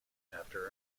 after